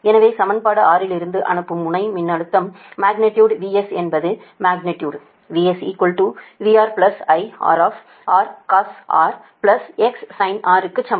எனவே சமன்பாடு 6 இலிருந்து அனுப்பும் முனை மின்னழுத்த மக்னிடியுடு VS என்பது magnitude |VS| |VR| |I| R cos RX sin R க்கு சமம்